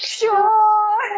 sure